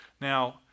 Now